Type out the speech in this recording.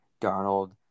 Darnold